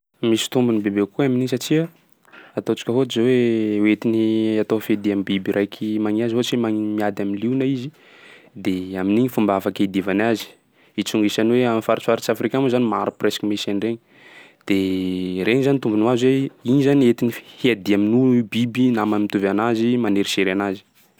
Misy tombony bebe kokoa amin'igny satsia ataontsika ohatry zao hoe hoentiny atao fediam-biby raiky mania zao ohatsy hoe magn- miady amnliona izy de amin'igny fomba afaky iadivany azy, itrongisany hoe am'faritry farifaritry Afrika ao moa zany maromaro presque an'iregny. De regny zany tombony ho azy hoe igny zany entiny fi- hiadia amin'o- biby namany mitovy anazy, manerisery anazy.